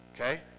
Okay